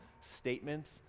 statements